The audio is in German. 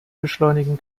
beschleunigen